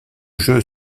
jeu